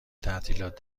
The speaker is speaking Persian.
تعطیلات